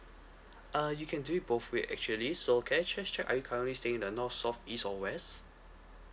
uh you can do it both way actually so can I just check are you currently staying in the north south east or west